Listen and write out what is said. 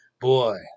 Boy